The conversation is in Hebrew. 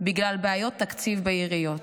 בשל בעיות התקציב בעיריות.